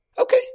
Okay